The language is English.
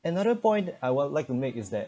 another point I would like to make is that